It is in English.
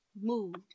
moved